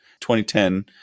2010